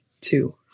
two